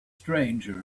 stranger